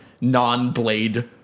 non-Blade